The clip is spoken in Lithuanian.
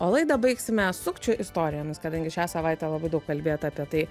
o laidą baigsime sukčių istorijomis kadangi šią savaitę labai daug kalbėta apie tai